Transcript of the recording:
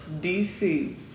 DC